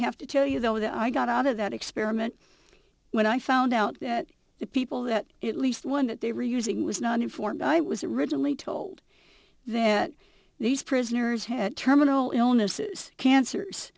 have to tell you though that i got out of that experiment when i found out that the people that at least one that they were using was not informed i was originally told that these prisoners had terminal illnesses cancers